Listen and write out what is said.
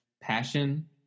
passion